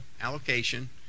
allocation